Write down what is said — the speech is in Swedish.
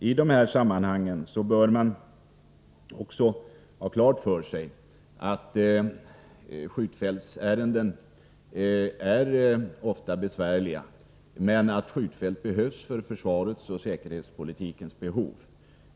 I de här sammanhangen bör man också ha klart för sig att skjutfältsärenden 155 ofta är besvärliga men att skjutfält behövs för försvaret och säkerhetspolitiken.